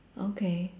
okay